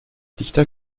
dichter